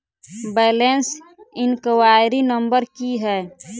Balance enquiry number की है?